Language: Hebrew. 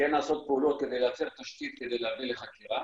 כן נעשות פעולות כדי לייצר תשתית כדי להביא לחקירה